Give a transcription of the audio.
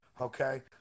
Okay